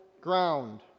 ground